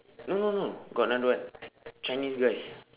no no no got another one chinese guy